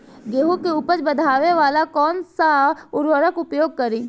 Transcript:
गेहूँ के उपज बढ़ावेला कौन सा उर्वरक उपयोग करीं?